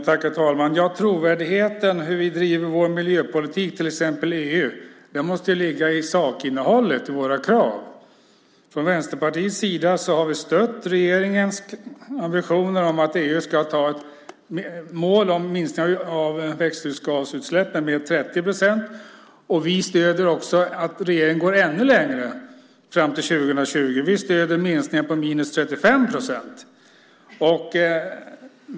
Herr talman! Trovärdigheten för hur vi driver vår miljöpolitik i till exempel EU måste ligga i sakinnehållet i våra krav. Från Vänsterpartiets sida har vi stött regeringens ambitioner att EU ska anta ett mål om minskning av växthusgasutsläppen med 30 procent. Vi stöder också att regeringen går ännu längre fram till 2020. Vi stöder minskningar med 35 procent.